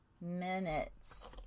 minutes